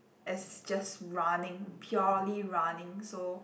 as just running purely running so